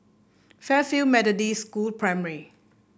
Fairfield Methodist School Primary